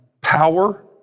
power